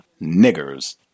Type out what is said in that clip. niggers